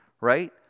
right